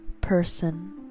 person